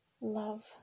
Love